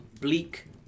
bleak